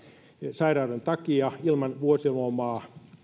sairauden takia ilman vuosilomaa